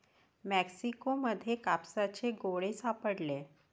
Mexico मध्ये कापसाचे गोळे सापडले